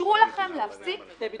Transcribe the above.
אישרו לכם להפסיק את הסליקה,